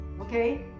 okay